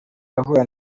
ahura